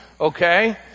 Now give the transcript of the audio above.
okay